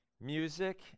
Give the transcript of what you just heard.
music